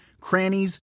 crannies